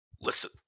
Listen